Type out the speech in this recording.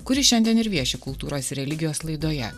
kuri šiandien ir vieši kultūros religijos laidoje